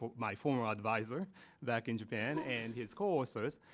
but my former adviser back in japan, and his co-authors,